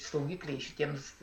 saugikliai šitiems